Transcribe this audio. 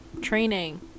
training